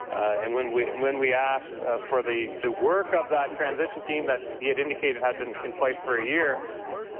and when we and when we asked for the the work of that transition team that yeah educated had been in place for a year,